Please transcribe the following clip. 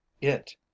It